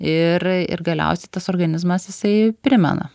ir ir galiausiai tas organizmas jisai primena